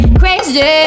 crazy